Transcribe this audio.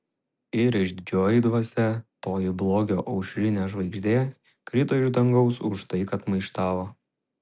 ir išdidžioji dvasia toji blogio aušrinė žvaigždė krito iš dangaus už tai kad maištavo